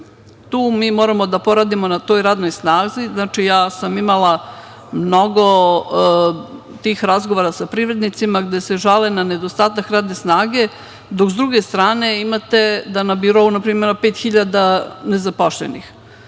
moramo da poradimo na toj radnoj snazi. Znači, imala sam mnogo tih razgovora sa privrednicima gde se žale na nedostatak radne snage. Dok, sa druge strane, imate da na birou ima 5.000 nezapošljenih,